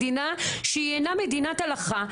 מדינה שהיא אינה מדינת הלכה.